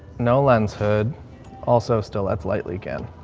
no lens hood also still at slightly. again,